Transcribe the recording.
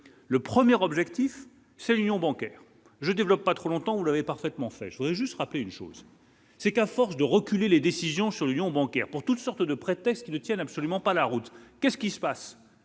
le 1er objectif c'est l'union bancaire je développe pas trop longtemps, ou l'avez parfaitement fait je voudrais juste rappeler une chose, c'est qu'à force de reculer les décisions sur le Lyon bancaire pour toutes sortes de prétextes qui ne tiennent absolument pas la route, qu'est ce qui se passe,